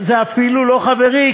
זה אפילו לא חברי,